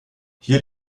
hier